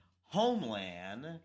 Homeland